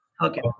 Okay